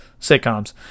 sitcoms